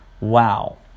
Wow